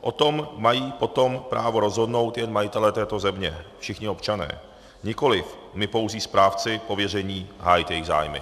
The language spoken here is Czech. o tom mají potom právo rozhodnout jen majitelé této země všichni občané , nikoli my, pouzí správci pověření hájit jejich zájmy.